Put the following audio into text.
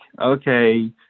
Okay